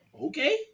Okay